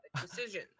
Decision